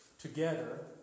together